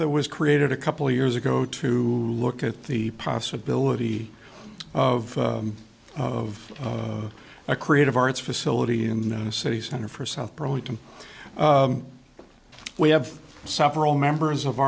that was created a couple years ago to look at the possibility of of a creative arts facility in the city center for south burlington we have several members of